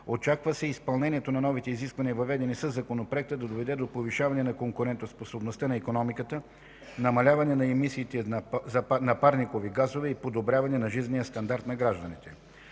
Очаква се изпълнението на новите изисквания, въведени със законопроекта, да доведе до повишаване на конкурентоспособността на икономиката, намаляване на емисиите на парникови газове и подобряване на жизнения стандарт на гражданите.